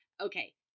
Okay